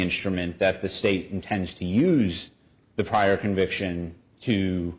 instrument that the state intends to use the prior conviction hugh